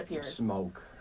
smoke